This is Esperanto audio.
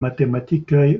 matematikaj